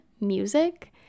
music